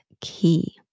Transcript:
key